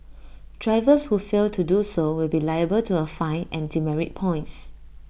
drivers who fail to do so will be liable to A fine and demerit points